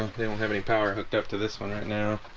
they don't have any power hooked up to this one right now,